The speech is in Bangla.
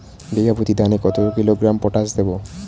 বিঘাপ্রতি ধানে কত কিলোগ্রাম পটাশ দেবো?